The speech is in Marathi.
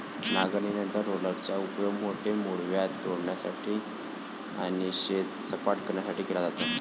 नांगरणीनंतर रोलरचा उपयोग मोठे मूळव्याध तोडण्यासाठी आणि शेत सपाट करण्यासाठी केला जातो